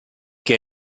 che